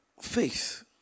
faith